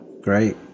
Great